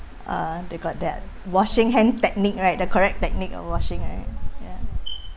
uh they got that washing hand technique right the correct technique of washing right ya